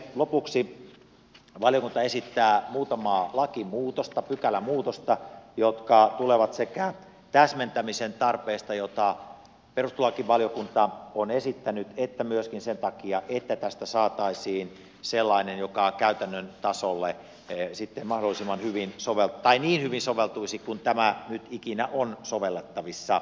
lopuksi valiokunta esittää muutamaa lakimuutosta pykälämuutosta jotka tulevat sekä täsmentämisen tarpeesta jota perustuslakivaliokunta on esittänyt että myöskin sen takia että tästä saataisiin sellainen joka käytännön tasolle soveltuisi niin hyvin kuin tämä nyt ikinä on sovellettavissa